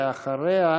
ואחריה,